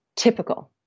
typical